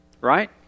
Right